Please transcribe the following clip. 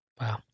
Wow